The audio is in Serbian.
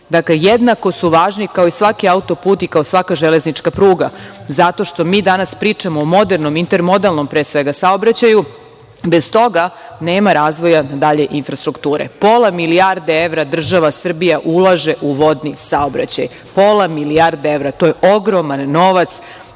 dakle, jednako su važni kao i svaki autoput i kao svaka železnička pruga. Zato što mi danas pričamo o modernom, intermodalnom, pre svega, saobraćaju. Bez toga nema razvoja dalje infrastrukture. Pola milijarde evra država Srbija ulaže u vodni saobraćaj. Pola milijarde evra je ogroman novac